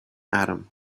adam